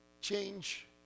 change